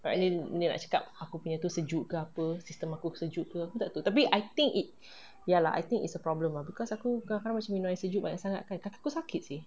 but then dia nak cakap aku punya tu sejuk ke apa system aku sejuk ke aku pun tak tahu I think it ya lah I think is a problem ah because aku kadang-kadang macam minum air sejuk banyak sangat kan kaki aku sakit seh